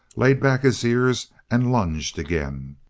laid back his ears, and lunged again.